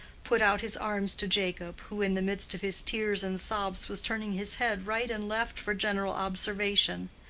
put out his arms to jacob, who in the midst of his tears and sobs was turning his head right and left for general observation.